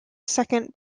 second